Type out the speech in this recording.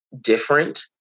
different